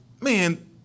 man